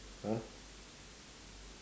!huh!